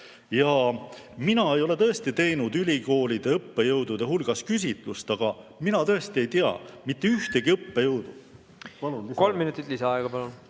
Mina ei ole teinud ülikoolide õppejõudude hulgas küsitlust, aga mina tõesti ei tea mitte ühtegi õppejõudu ... Palun lisaaega.